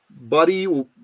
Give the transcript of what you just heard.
Buddy